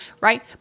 right